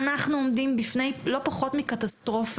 אנחנו עומדים בפני לא פחות מקטסטרופה,